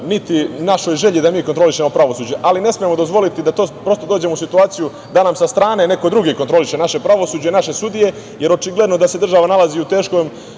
niti našoj želji da mi kontrolišemo pravosuđe, ali ne smemo dozvoliti da prosto dođemo u situaciju da nam sa strane neko drugi kontroliše naše pravosuđe, naše sudije, jer je očigledno da se država nalazi u teškom